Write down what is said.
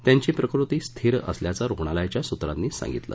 त्यांची प्रकृति स्थीर असल्याचं रुग्णालायाच्या सूत्रानी सांगितले